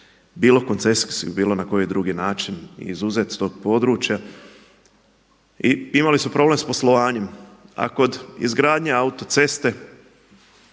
bilo koncesijski, bilo na koji drugi način izuzet s tog područja. I imali smo problem sa poslovanjem, a kod izgradnje autoceste